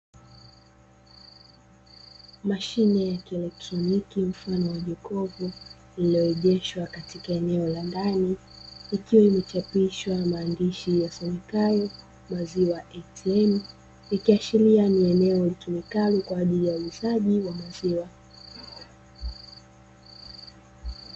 Mashine ya kielekitroniki mfano wa jokofu, lililoegeshwa katika eneo la ndani, ikiwa imechapishwa maandishi yasomekayo maziwa ATM, ikiashiria ni eneo litumikalo kwa ajili ya uuzaji wa maziwa.